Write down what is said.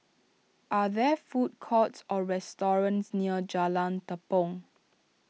are there food courts or restaurants near Jalan Tepong